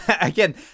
again